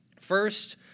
First